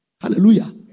Hallelujah